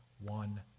one